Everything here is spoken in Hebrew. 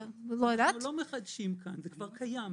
אנחנו לא מחדשים כאן, זה כבר קיים.